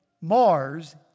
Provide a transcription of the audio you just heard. mars